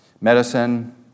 medicine